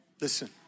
Listen